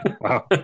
wow